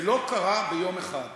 זה לא קרה ביום אחד.